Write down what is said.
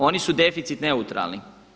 Oni su deficit neutralni.